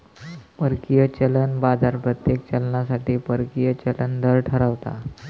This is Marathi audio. परकीय चलन बाजार प्रत्येक चलनासाठी परकीय चलन दर ठरवता